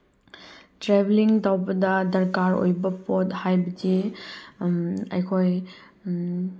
ꯇ꯭ꯔꯦꯕꯦꯜꯂꯤꯡ ꯇꯧꯕ ꯗꯔꯀꯥꯔ ꯑꯣꯏꯕ ꯄꯣꯠ ꯍꯥꯏꯕꯗꯤ ꯑꯩꯈꯣꯏ